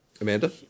Amanda